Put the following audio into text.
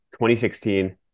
2016